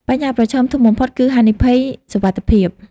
បញ្ហាប្រឈមធំបំផុតគឺហានិភ័យសុវត្ថិភាព។